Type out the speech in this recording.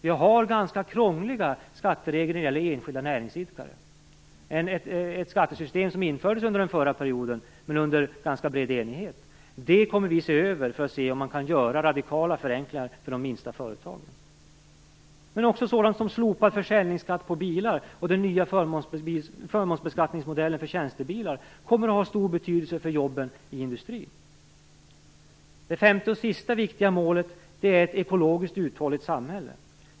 Vi har ganska krångliga skatteregler när det gäller enskilda näringsidkare, ett skattesystem som infördes under den förra mandatperioden, men under ganska bred enighet. Det kommer vi att se över för att se om man kan göra radikala förenklingar för de minsta företagen. Också sådant som slopad försäljningsskatt på bilar och den nya förmånsbeskattningsmodellen för tjänstebilar kommer att ha stor betydelse för jobben i industrin. Det femte och sista viktiga målet är ett ekologiskt uthålligt samhälle.